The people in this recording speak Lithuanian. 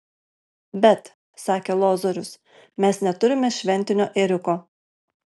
bet sakė lozorius mes neturime šventinio ėriuko